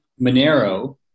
Monero